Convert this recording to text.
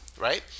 right